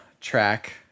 track